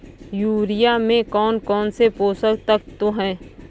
Urea में कौन कौन से पोषक तत्व है?